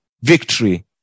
victory